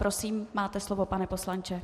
Prosím, máte slovo, pane poslanče.